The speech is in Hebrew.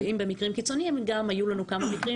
במקרים קיצוניים, היו לנו כמה מקרים